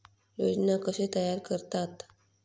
योजना कशे तयार करतात?